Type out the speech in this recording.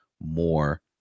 more